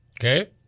okay